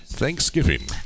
Thanksgiving